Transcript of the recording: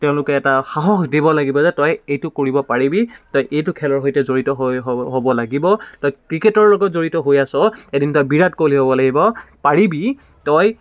তেওঁলোকে এটা সাহস দিব লাগিব যে তই এইটো কৰিব পাৰিবি তই এইটো খেলৰ সৈতে জড়িত হৈ হ'ব লাগিব তই ক্ৰিকেটৰ লগত জড়িত হৈ আছ এদিন তই বিৰাট কোহলি হ'ব লাগিব পাৰিবি তই